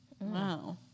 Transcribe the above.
Wow